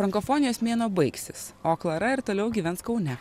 frankofonijos mėnuo baigsis o klara ir toliau gyvens kaune